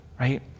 right